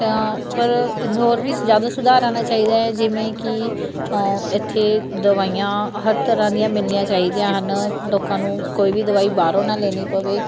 ਤਾਂ ਪਰ ਹੋਰ ਵੀ ਜ਼ਿਆਦਾ ਸੁਧਾਰ ਆਉਣਾ ਚਾਹੀਦਾ ਹੈ ਜਿਵੇਂ ਕਿ ਇੱਥੇ ਦਵਾਈਆਂ ਹਰ ਤਰ੍ਹਾਂ ਦੀਆਂ ਮਿਲਣੀਆਂ ਚਾਹੀਦੀਆਂ ਹਨ ਲੋਕਾਂ ਨੂੰ ਕੋਈ ਵੀ ਦਵਾਈ ਬਾਹਰੋਂ ਨਾ ਲੈਣੀ ਪਵੇ